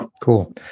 Cool